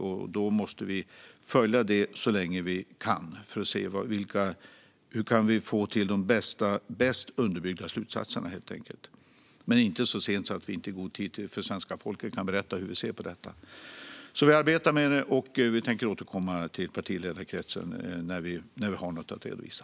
Vi måste följa detta så länge vi kan för att se hur vi kan få de bäst underbyggda slutsatserna, men det får inte bli så sent att vi inte i god tid kan berätta för svenska folket hur vi ser på det. Vi arbetar med detta, och vi tänker återkomma till partiledarkretsen när vi har något att redovisa.